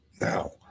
now